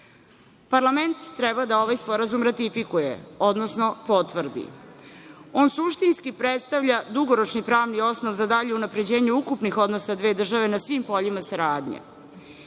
Hun. Parlament treba da ovaj sporazum ratifikuje, odnosno potvrdi. On suštinski predstavlja dugoročni pravni osnov za dalje unapređenje ukupnih odnosa dve države na svim poljima saradnje.